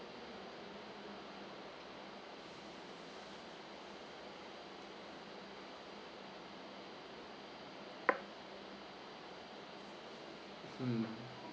mm